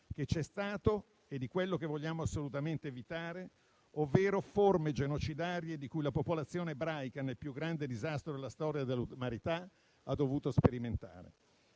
che c'è stato e di quello che vogliamo assolutamente evitare, ovvero forme genocidarie di cui la popolazione ebraica, nel più grande disastro della storia dell'umanità, ha dovuto sperimentare.